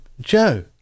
Joe